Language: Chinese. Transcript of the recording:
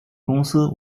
公司